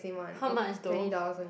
how much though